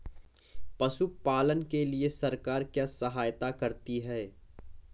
पशु पालन के लिए सरकार क्या सहायता करती है?